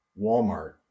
Walmart